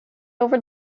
over